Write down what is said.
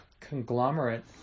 conglomerate